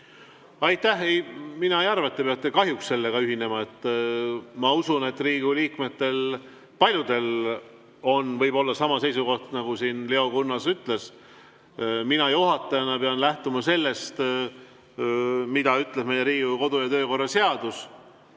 Aitäh! Ei, mina ei arva, et te kahjuks peate sellega ühinema. Ma usun, et Riigikogu liikmetel paljudel on võib-olla sama seisukoht, nagu siin Leo Kunnas ütles. Mina juhatajana pean lähtuma sellest, mida ütleb meie Riigikogu kodu‑ ja töökorra seadus.